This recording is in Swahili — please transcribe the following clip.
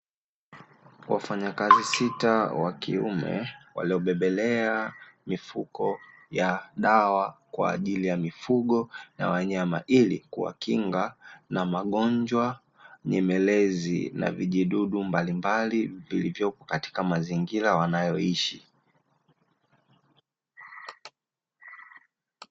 Wafanyakazi sita wa kiume waliobebelea mifuko ya dawa kwa ajili ya mifugo na wanyama, ili kuwakinga na magonjwa nyemelezi na vijidudu mbalimbali vilivyoko katika mazingira wanayoishi.